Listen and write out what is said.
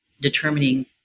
determining